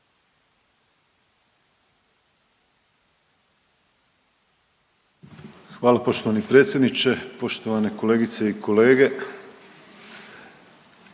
g. potpredsjedniče, poštovane kolegice i kolege,